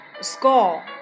score